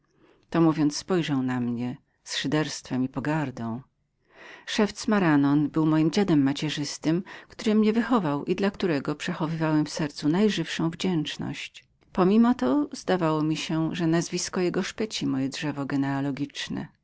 to mówiąc spojrzał na mnie z ukosa szewc moragnon był właśnie tym samym moim dziadem macierzystym który mnie wychował i dla którego przechowywałem w sercu najżywszą wdzięczność pomimo to zdawało mi się że nazwisko jego szpeciło moje drzewo